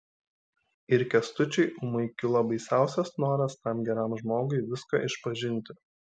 ir kęstučiui ūmai kilo baisiausias noras tam geram žmogui viską išpažinti